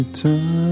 time